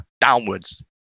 downwards